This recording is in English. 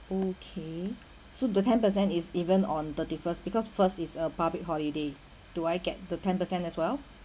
okay so the ten percent is even on thirty-first because first is a public holiday do I get the ten percent as well